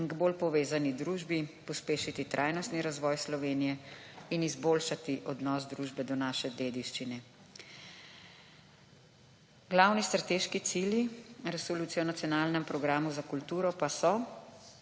in k bolj povezani družbi, pospešiti trajnostni razvoj Slovenije in izboljšati odnos družbe do naše dediščine. Glavni strateški cilji resolucije o nacionalnem programu za kulturo pa so: